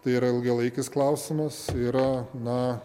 tai yra ilgalaikis klausimas yra na